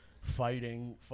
fighting